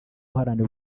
uharanira